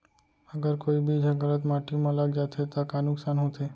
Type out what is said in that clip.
अगर कोई बीज ह गलत माटी म लग जाथे त का नुकसान होथे?